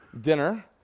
dinner